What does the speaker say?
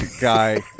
guy—